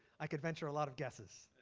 i could venture a lot of guesses.